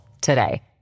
today